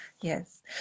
Yes